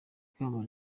ikamba